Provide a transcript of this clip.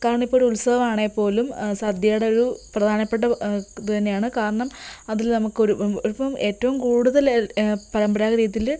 കാരണം ഇപ്പോൾ ഒരു ഉത്സവമാണെങ്കിൽ പോലും സദ്യയുടെ ഒരു പ്രധാനപ്പെട്ട ഇത് തന്നെയാണ് കാരണം അതിൽ നമുക്കൊരു ഇപ്പം ഏറ്റവും കൂടുതൽ പരമ്പരാഗത രീതിയില്